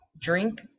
drink